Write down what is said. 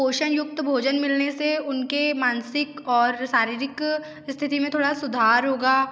पोषण युक्त भोजन मिलने से उनके मानसिक और शारीरिक स्थिति में थोड़ा सुधार होगा